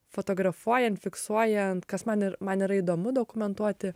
fotografuojant fiksuojant kas man ir man yra įdomu dokumentuoti